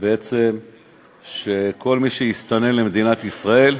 בעצם שכל מי שיסתנן למדינת ישראל,